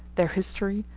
their history,